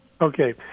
Okay